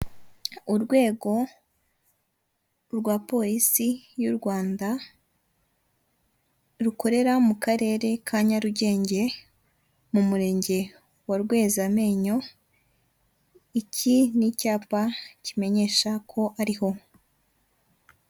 Urwego rwa polisi y'u Rwanda rukorera mu karere ka Nyarugenge mu murenge wa Rwezamenyo iki n'icyapa kimenyesha ko ariho.